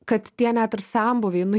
kad tie net ir senbuviai nu